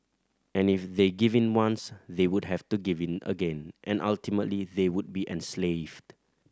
and if they give in once they would have to give in again and ultimately they would be enslaved